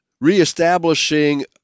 re-establishing